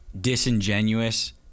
disingenuous